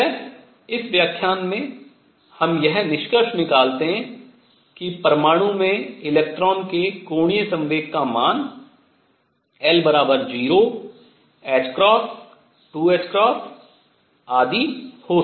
अत इस व्याख्यान में हम यह निष्कर्ष निकालते है कि परमाणु में इलेक्ट्रॉन के कोणीय संवेग का मान l 0 2ℏ आदि हो सकता है